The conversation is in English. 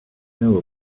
know